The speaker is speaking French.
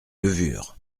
levure